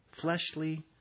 fleshly